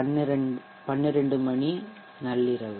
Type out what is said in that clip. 12 மணி நள்ளிரவு